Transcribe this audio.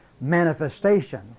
manifestation